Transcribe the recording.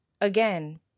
again